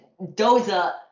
doza